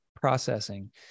processing